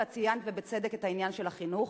ציינת בצדק את העניין של החינוך.